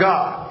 God